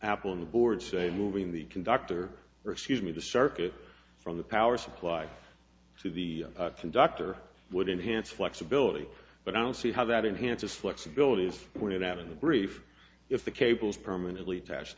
apple on the board say moving the conductor or excuse me the circuit from the power supply to the conductor would enhance flexibility but i don't see how that enhances flexibility as pointed out in the brief if the cables permanently attached